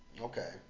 Okay